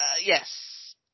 yes